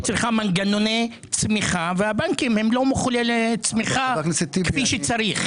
היא צריכה מנגנוני צמיחה והבנקים לא מחוללי צמיחה כפי שצריך.